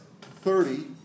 thirty